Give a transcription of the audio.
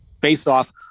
face-off